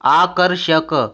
आकर्षक